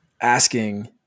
asking